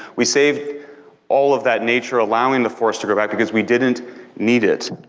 we saved all of that nature, allowing the forest to grow back because we didn't need it.